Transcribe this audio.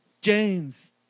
James